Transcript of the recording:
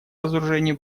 разоружению